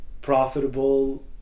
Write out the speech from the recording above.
profitable